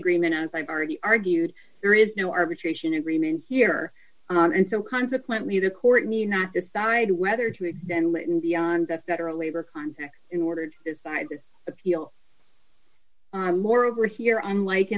agreement as i've already argued there is no arbitration agreement here and so consequently the court need not decide whether to extend leighton beyond that federal labor context in order to decide this appeal moreover here unlike